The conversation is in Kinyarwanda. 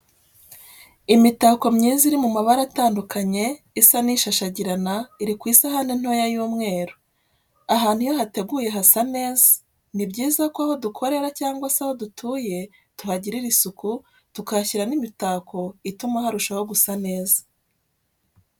Imitako myiza iri mu mabara atanduka isa n'ishashagirana iri kw'isahani ntoya y'umweru, ahantu iyo hateguye hasa neza, ni byiza ko aho dukorera cyangwa se aho dutuye tuhagirira isuku tukahashyira n' imitako ituma harushaho gusa neza.